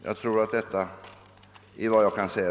Jag tror att detta är vad jag nu kan säga.